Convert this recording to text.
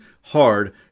hard